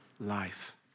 life